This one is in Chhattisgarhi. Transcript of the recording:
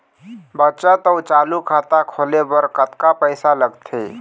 बचत अऊ चालू खाता खोले बर कतका पैसा लगथे?